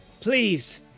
please